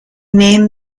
named